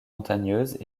montagneuses